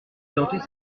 tenter